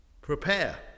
prepare